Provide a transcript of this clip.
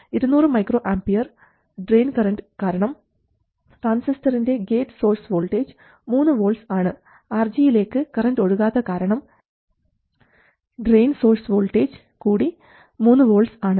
200 µA drain current കാരണം ട്രാൻസിസ്റ്ററിൻറെ gate source voltage മൂന്ന് വോൾട്ട്സ് ആണ് RG യിലേക്ക് കറൻറ് ഒഴുകാത്ത കാരണം ഡ്രയിൻ സോഴ്സ് വോൾട്ടേജ് കൂടി മൂന്ന് വോൾട്ട്സ് ആണ്